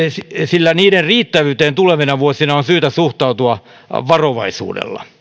sillä niiden riittävyyteen tulevina vuosina on syytä suhtautua varovaisuudella